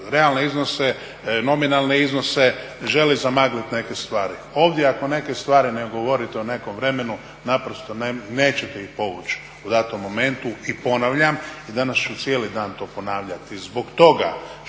realne iznose, nominalne iznose želi zamagliti neke stvari. Ovdje ako neke stvari ne govorite o nekom vremenu naprosto nećete ih povući u datom momentu. I ponavljam, i danas ću cijeli dan to ponavljati, zbog toga